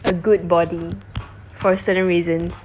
a good body for certain reasons